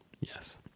Yes